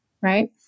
right